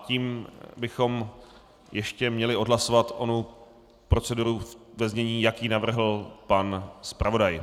Tím bychom ještě měli odhlasovat onu proceduru ve znění, jak ji navrhl pan zpravodaj.